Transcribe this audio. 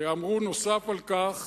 ואמרו נוסף על כך: